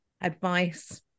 advice